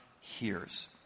hears